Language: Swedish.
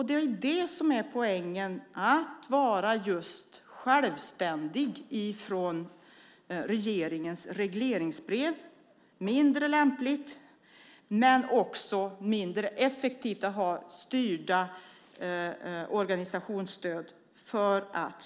Det är det som är poängen, att vara självständig från regeringens regleringsbrev. Det är mindre lämpligt men också mindre effektivt att ha styrda organisationsstöd.